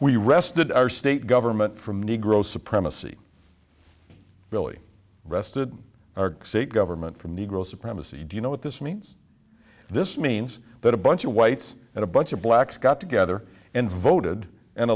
we rested our state government from negro supremacy really rested our government from negro supremacy do you know what this means this means that a bunch of whites and a bunch of blacks got together and voted and